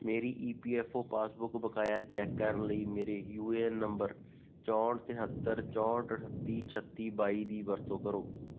ਮੇਰੀ E P F O passbook ਬਕਾਇਆ check ਕਰਨ ਲਈ ਮੇਰੇ ਯੂ ਏ ਐਨ ਨੰਬਰ ਚੌਂਹਠ ਤੇਹੱਤਰ ਚੌਂਹਠ ਅਠੱਤੀ ਛੱਤੀ ਬਾਈ ਦੀ ਵਰਤੋਂ ਕਰੋ